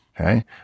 Okay